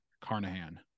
carnahan